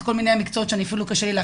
יש המון מקצועות חשובים,